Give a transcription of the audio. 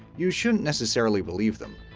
you shouldn't necessarily believe them.